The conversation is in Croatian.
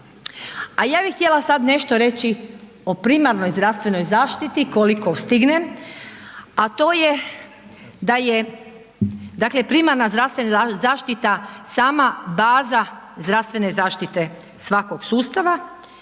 A ja bih htjela sad nešto reći o primarnoj zdravstvenoj zaštiti koliko stignem a to je da je dakle primarna zdravstvena zaštita sama baza zdravstvene zaštite svakog sustava